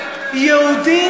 אני גדלתי,